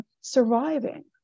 surviving